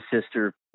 sister